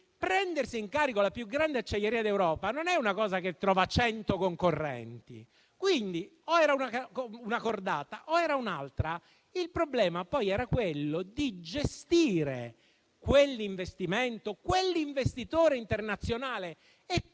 prendersi in carico la più grande acciaieria d'Europa non è una cosa che trova 100 concorrenti e dunque poteva esse l'una o l'altra cordata. Il problema era quello di gestire quell'investimento, quell'investitore internazionale (e